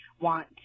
want